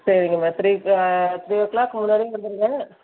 சரிங்கம்மா த்ரீக்கு three o'clock முன்னாடியே வந்துடுங்க